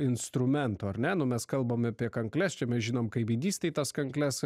instrumentų ar ne nu mes kalbam apie kankles čia mes žinom kaimynystėj tas kankles